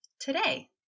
today